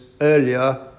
earlier